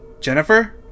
Jennifer